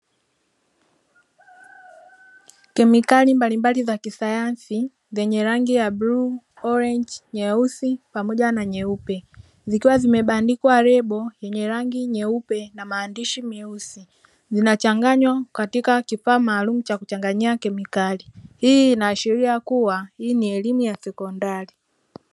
Kemikali mbalimbali za kisayansi zenye rangi ya bluu, orenji, nyeusi pamoja na nyeupe zikiwa zimebandikwa lebo yenye rangi nyeupe na maandishi meusi. Zinachanganywa katika kifaa maalum cha kuchanganyia kemikali. Hii inaashiria kua hii ni elimu ya sekondari.